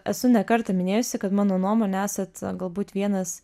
esu ne kartą minėjusi kad mano nuomone esat galbūt vienas